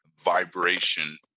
vibration